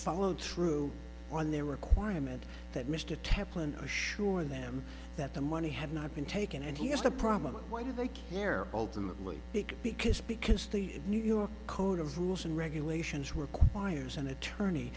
followed through on their requirement that mr teflon assure them that the money had not been taken and he has the problem why do they care ultimately it because because the new york code of rules and regulations requires an attorney